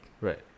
Right